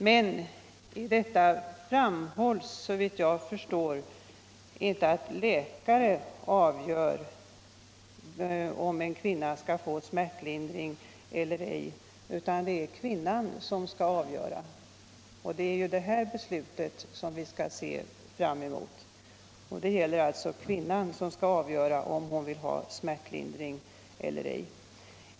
Men detta innebär, såvitt jag förstår, inte att läkare skall avgöra om en kvinna skall få smärtlindring eller ej, utan det är kvinnan som skall avgöra. Det beslutet skall vi se fram emot, och det gäller alltså kvinnan som skall avgöra om hon vill ha smärtlindring eller ej.